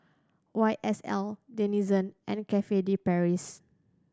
Y S L Denizen and Cafe De Paris